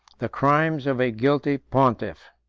the crimes of a guilty pontiff.